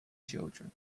children